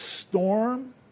storm